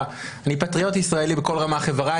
אני פטריוט ישראלי בכל רמ"ח אבריי.